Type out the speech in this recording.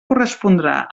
correspondrà